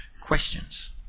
Questions